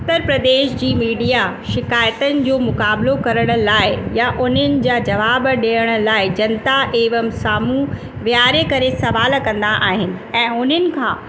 उत्तर प्रदेश जी मीडिया शिकायतुनि जो मुक़ाबलो करण लाइ या उन्हनि जा जवाब ॾियण लाइ जनता एवं साम्हूं विहारे करे सवाल कंदा आहिनि ऐं उन्हनि खां